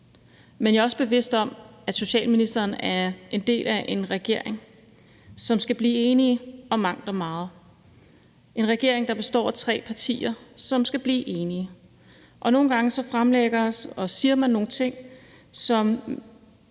Men jeg er også bevidst om, at socialministeren er en del af en regering, som skal blive enige om mangt og meget. Det er en regering, der består af tre partier, som skal blive enige. Nogle gange fremlægger og siger man nogle ting, som